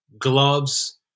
gloves